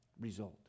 result